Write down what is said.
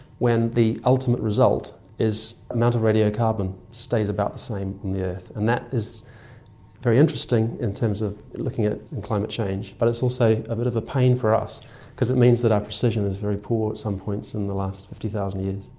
when the ultimate result is the amount of radiocarbon stays about the same in the earth. and that is very interesting in terms of looking at climate change, but it's also a bit of a pain for us because it means that our precision is very poor at some points in the last fifty thousand years.